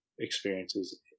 experiences